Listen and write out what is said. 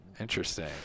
interesting